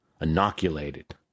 inoculated